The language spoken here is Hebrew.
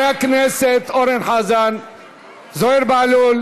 דודי ביטן, אתה מתנגד שאני אדבר, דודי ביטן?